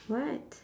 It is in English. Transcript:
what